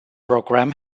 program